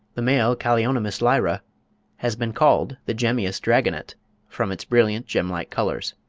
the male callionymus lyra has been called the gemmeous dragonet from its brilliant gem-like colours.